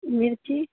मिरची